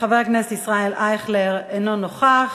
חבר הכנסת ישראל אייכלר אינו נוכח.